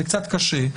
זה קצת קשה,